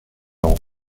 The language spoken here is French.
euros